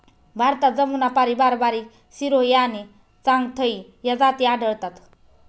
भारतात जमुनापारी, बारबारी, सिरोही आणि चांगथगी या जाती आढळतात